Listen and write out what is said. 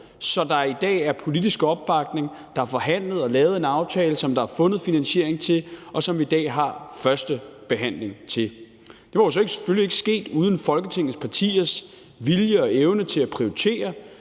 så der i dag er politisk opbakning. Der er forhandlet og lavet en aftale, som der er fundet finansiering til, og som vi i dag har første behandling af. Det var jo så selvfølgelig ikke sket uden Folketingets partiers vilje og evne til at prioritere,